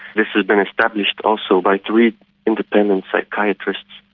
this has been established also by three independent psychiatrists.